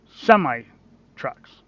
semi-trucks